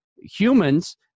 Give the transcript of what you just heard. Humans